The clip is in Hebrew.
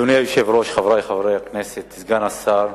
אדוני היושב-ראש, חברי חברי הכנסת, סגן השר,